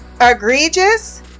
egregious